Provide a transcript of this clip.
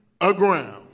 aground